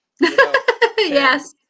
Yes